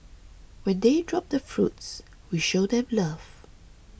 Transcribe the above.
when they drop the fruits we show them love